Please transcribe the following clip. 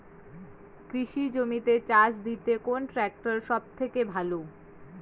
কৃষি জমিতে চাষ দিতে কোন ট্রাক্টর সবথেকে ভালো?